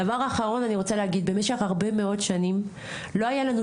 דבר האחרון אני רוצה להגיד במשך הרבה מאוד שנים לא היה לנו